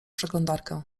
przeglądarkę